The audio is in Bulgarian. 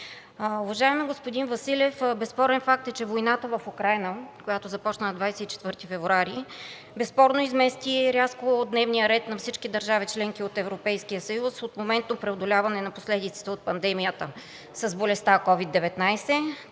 Уважаеми господин Василев, безспорен факт е, че войната в Украйна, която започна на 24 февруари, измести рязко от дневния ред на всички държави – членки на Европейския съюз, от преодоляване на последиците от пандемията с болестта COVID-19